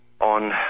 on